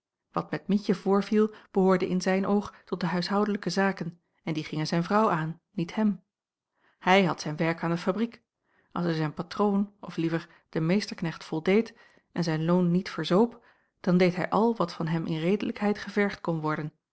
wat met mietje voorviel behoorde in zijn oog tot de huishoudelijke zaken en die gingen zijn vrouw aan niet hem hij had zijn werk aan de fabriek als hij zijn patroon of liever den meesterknecht voldeed en zijn loon niet verzoop dan deed hij al wat van hem in redelijkheid gevergd kon worden